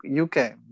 UK